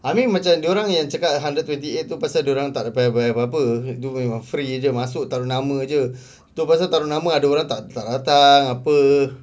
I mean macam dia orang yang cakap one hundred twenty eight tu pasal dia orang tak dapat apply apa-apa free saja masuk taruh nama jer tu pasal taruh nama ada orang tak tak datang apa